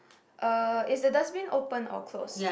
uh is the dustbin open or closed